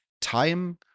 Time